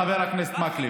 חבר הכנסת מקלב,